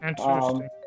Interesting